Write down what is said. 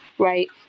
right